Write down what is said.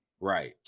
Right